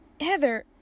Heather